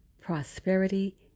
prosperity